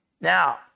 Now